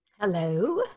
Hello